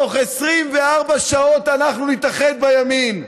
תוך 24 שעות אנחנו נתאחד בימין.